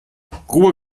ruhe